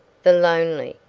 the lonely,